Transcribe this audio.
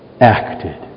acted